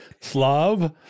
Slav